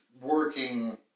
working